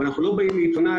אבל אנחנו לא באים לעיתונאי